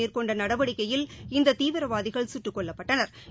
மேற்கொண்டநடவடிக்கையில் இந்ததீவிரவாதிகள் கட்டுக் கொல்லப்பட்டனா்